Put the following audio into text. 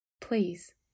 Please